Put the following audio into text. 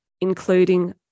including